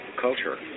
culture